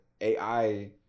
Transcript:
AI